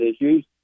issues